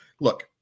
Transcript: look